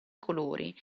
colori